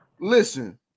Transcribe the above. Listen